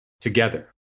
together